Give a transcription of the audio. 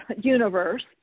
universe